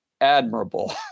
admirable